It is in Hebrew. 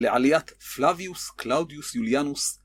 לעליית פלאביוס קלאודיוס יוליאנוס